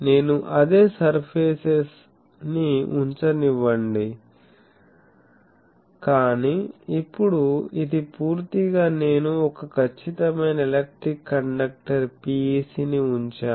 నేను అదే సర్ఫేసెస్ ని ఉంచనివ్వండి కానీ ఇప్పుడు ఇది పూర్తిగా నేను ఒక ఖచ్చితమైన ఎలక్ట్రిక్ కండక్టర్ PEC ని ఉంచాను